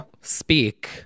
speak